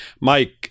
Mike